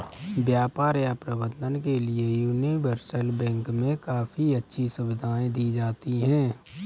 व्यापार या प्रबन्धन के लिये यूनिवर्सल बैंक मे काफी अच्छी सुविधायें दी जाती हैं